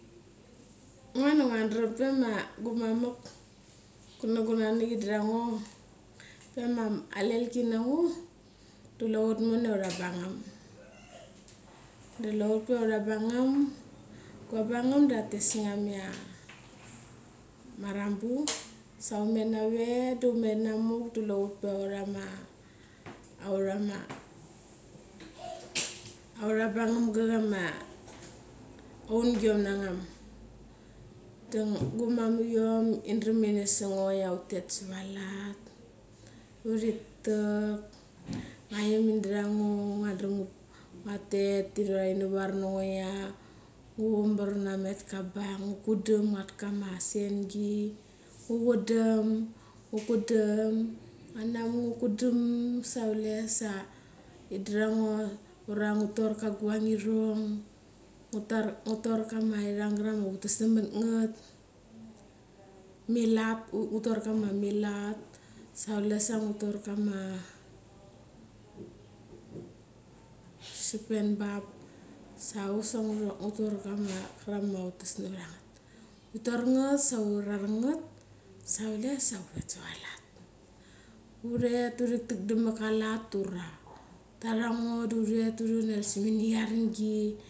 Ngo da nguadram pe ma gumamak, kana gunanak i dat ango pe ma alelki nango da chule ut moni we utha bangam. Da gua bangam da tha thes ngam ia marambu, sa ut met na we du umet namuk du chule ut pe uthama, authama. autha bangam cha cham ma ungiom na ngam. Da gumamak iom indram ini su ngo ia utet savat alat, da uritak. Nga iom idat ango ngua tet, ini var na ngo ia ngu chumar namet ka bang, kudam da nguat kama sengi da ngu chu dam, ngua namu sa kule sa idetha ngo, ura ngu tor kama aguang irong, ngu tor kama guairong ma utas namat ngat milat. Utor kama m lat, sa chule sa ngu tor kama sipen bap. Sa chusek ngo ngu tor kama irang ma utes navarangat. Uri tor ngat, sa uri chrarakngat sa utet savat alat. Uthet uri tak dam mat ka alat, ura tara ngo du uret simini aringgi.